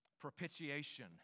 Propitiation